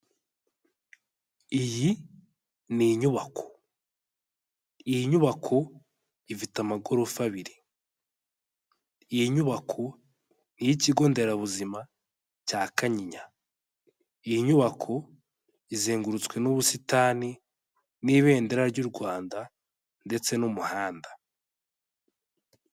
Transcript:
Iyi ni inyubako, iyi nyubako ifite amagorofa abiri, iyi nyubako niyi kigo nderabuzima cya Kanyinya, iyi nyubako izengurutswe n'ubusitani n'ibendera ry'u Rwanda ndetse n'umuhanda.